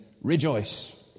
rejoice